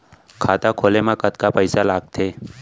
खाता खोले मा कतका पइसा लागथे?